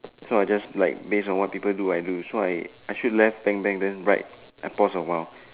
so I just like based on what people do I do so I I shoot left bang bang then right I pause a while